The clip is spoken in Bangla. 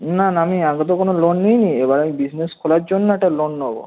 না না আমি আগে তো কোনো লোন নিই নি এবারে আমি বিসনেস খোলার জন্য একটা লোন নোবো